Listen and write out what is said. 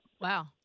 Wow